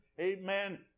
amen